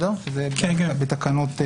זה בתקנות רשות,